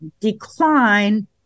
decline